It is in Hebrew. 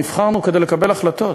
נבחרנו כדי לקבל החלטות.